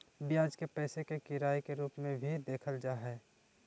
ब्याज के पैसे के किराए के रूप में भी देखल जा हइ